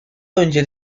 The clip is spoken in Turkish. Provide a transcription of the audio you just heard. önce